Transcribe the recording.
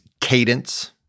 Cadence